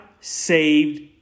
saved